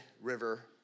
river